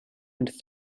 and